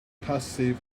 passive